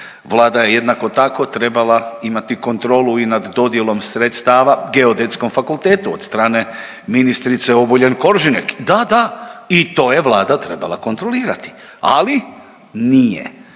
Vlada je jednako tako, trebala imati kontrolu i nad dodjelom sredstava Geodetskom fakultetu od strane ministrice Obuljen Koržinek, da, da. I to je Vlada trebala kontrolirati. Ali, nije.